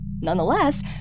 Nonetheless